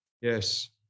Yes